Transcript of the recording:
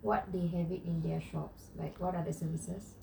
what they have it in their shops like what are the services